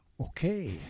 Okay